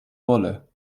wolle